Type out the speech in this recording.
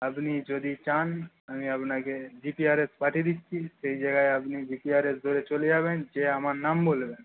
আপনি যদি চান আমি আপনাকে জিপিআরএস পাঠিয়ে দিচ্ছি সেই জায়গায় আপনি জিপিআরএস ধরে চলে যাবেন যেয়ে আমার নাম বলবেন